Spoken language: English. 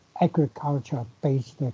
agriculture-based